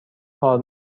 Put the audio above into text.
کار